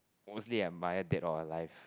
mostly admire dead or alive